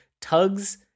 Tugs